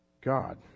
god